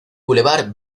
bulevar